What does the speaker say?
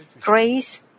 grace